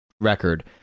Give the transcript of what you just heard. record